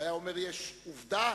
והיה אומר: יש עובדה